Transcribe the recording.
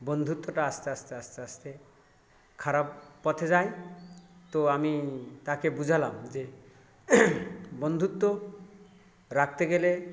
বন্ধুত্বটা আস্তে আস্তে আস্তে আস্তে খারাপ পথে যায় তো আমি তাকে বোঝালাম যে বন্ধুত্ব রাখতে গেলে